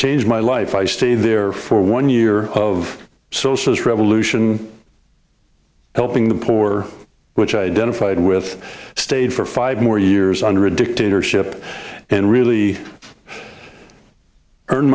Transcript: changed my life i stayed there for one year of socialist revolution helping the poor which i identified with stayed for five more years under a dictatorship and really earn